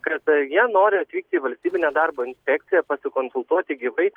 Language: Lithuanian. kada jie nori atvykti į valstybinę darbo inspekciją pasikonsultuoti gyvai